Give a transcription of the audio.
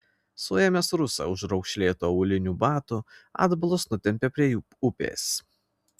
suėmęs rusą už raukšlėtų aulinių batų atbulas nutempė prie upės